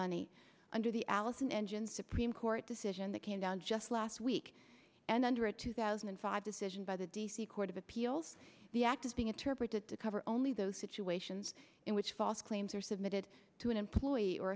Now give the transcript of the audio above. money under the allison engine supreme court decision that came down just last week and under a two thousand and five decision by the d c court of appeals the act is being interpreted to cover only those situations in which false claims are submitted to an employee or